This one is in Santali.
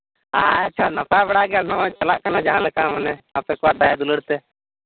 ᱟᱪᱪᱷᱟ ᱱᱟᱯᱟᱭ ᱵᱟᱲᱟ ᱜᱮ ᱱᱚᱜᱼᱚᱸᱭ ᱪᱟᱞᱟᱜ ᱠᱟᱱᱟ ᱢᱟᱱᱮ ᱟᱯᱮ ᱠᱚᱣᱟᱜ ᱫᱟᱭᱟ ᱫᱩᱞᱟᱹᱲ ᱛᱮ